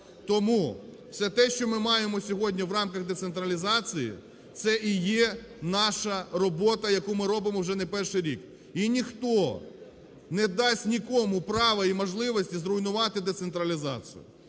Тому все те, що ми маємо в рамках децентралізації, – це і є наша робота, яку ми робимо вже не перший рік. І ніхто не дасть нікому права і можливості зруйнувати децентралізацію.